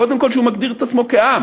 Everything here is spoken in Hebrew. קודם כול שהוא מגדיר את עצמו כעם,